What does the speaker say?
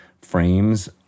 frames